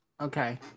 Okay